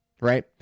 Right